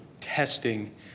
testing